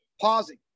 pausing